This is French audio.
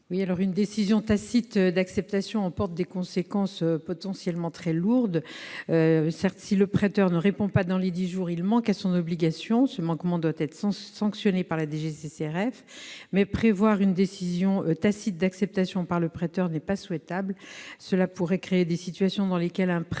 ? Une décision tacite d'acceptation emporte des conséquences potentiellement très lourdes. Certes, le prêteur qui ne répond pas dans les dix jours manque à son obligation, et ce manquement doit être sanctionné par la DGCCRF ; mais une décision tacite d'acceptation par le prêteur n'est pas souhaitable, car elle pourrait créer des situations dans lesquelles un prêt